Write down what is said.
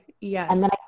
Yes